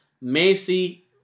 Macy